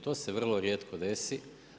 To se vrlo rijetko desi.